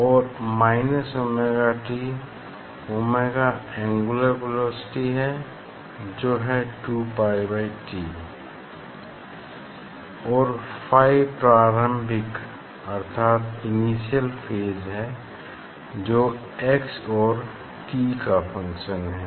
और minus omega t omega angular velocity है जो है 2 पाई बाई t और फाई प्रारंभिक अर्थात इनिशियल फेज है जो x और t का फंक्शन हैं